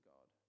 God